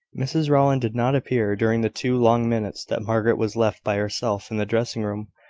mrs rowland did not appear during the two long minutes that margaret was left by herself in the dressing-room.